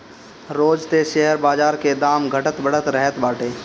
रोज तअ शेयर बाजार के दाम घटत बढ़त रहत बाटे